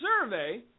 survey